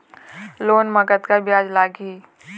Loan म कतका ब्याज लगही?